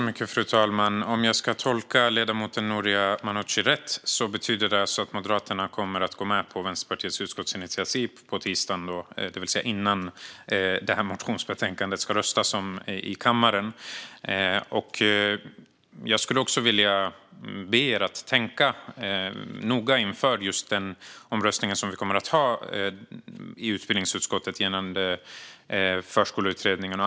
Fru talman! Om jag tolkar ledamoten Noria Manouchi rätt betyder det att Moderaterna kommer att gå med på Vänsterpartiets utskottsinitiativ på tisdagen, det vill säga innan motionsbetänkandet ska röstas om i kammaren. Jag skulle också vilja be er att tänka noga inför just den omröstning som vi kommer att ha i utbildningsutskottet gällande förskoleutredningen.